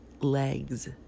legs